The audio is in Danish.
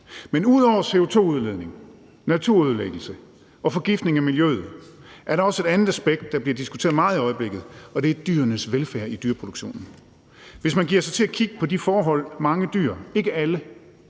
Men ud over CO2-udledning, naturødelæggelse og forgiftning af miljøet er der også et andet aspekt, der bliver diskuteret meget i øjeblikket, og det er dyrenes velfærd i dyreproduktionen. Hvis man giver sig til at kigge på de forhold, mange dyr, ikke alle,